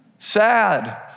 sad